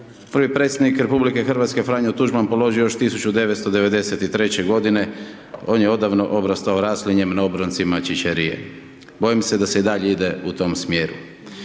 prvi predsjednik RH, Franjo Tuđman položio još 1993.-će godine, on je odavno obrastao raslinjem na obroncima Ćićerije. Bojim se da se i dalje ide u tom smjeru.